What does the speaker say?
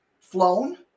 flown